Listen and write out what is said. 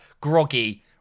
groggy